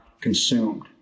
consumed